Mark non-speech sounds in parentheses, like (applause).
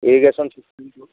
irrigation (unintelligible)